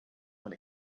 when